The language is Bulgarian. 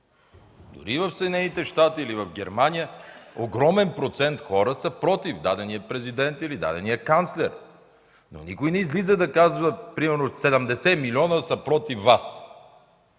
Дори в Съединените щати или в Германия огромен процент хора са против дадения президент или дадения канцлер. Но никой не излиза да казва, примерно: „Седемдесет милиона са против Вас”.